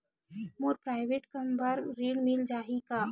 मोर private कम बर ऋण मिल जाही का?